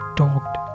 talked